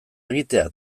egitea